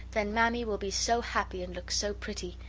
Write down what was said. then mammy will be so happy, and look so pretty!